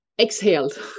exhaled